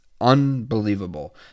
unbelievable